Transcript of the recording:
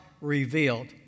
revealed